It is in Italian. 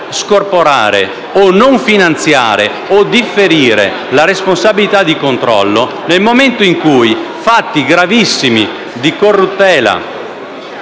scorporare o non finanziare o differire la responsabilità di controllo, nel momento in cui fatti gravissimi di corruttela